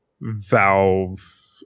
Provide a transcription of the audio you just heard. valve